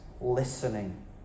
listening